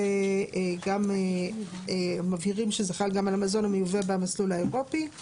וגם מבהירים שזה חל גם על המזון המיובא במסלול האירופי.